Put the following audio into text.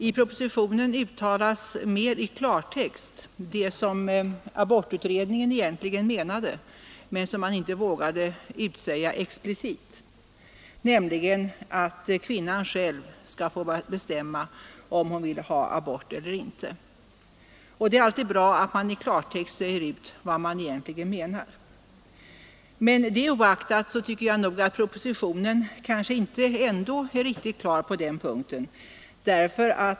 I propositionen uttalas mer i klartext det som abortutredningen egentligen menade men inte vågade säga ut expressivt, nämligen att kvinnan själv skall få bestämma om hon vill ha abort eller inte. Det är bra att man i klartext säger ut vad man egentligen menar. Det oaktat tycker jag nog att propositionen inte är riktigt klar på den punkten.